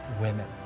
women